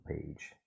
page